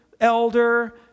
elder